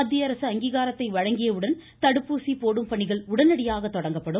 மத்திய அரசு அங்கீகாரத்தை வழங்கியவுடன் தடுப்பூசி போடும் பணிகள் உடனடியாக தொடங்கப்படும்